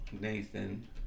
Nathan